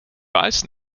weiß